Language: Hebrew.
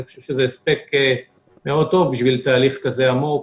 אני חושב שזה הספק טוב מאוד בשביל תהליך כזה עמוק